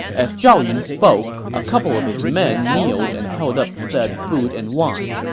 as zhao yun spoke, a couple of his men kneeled and held up said food and wine,